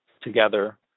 together